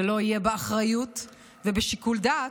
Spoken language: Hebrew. זה לא יהיה באחריות ובשיקול דעת,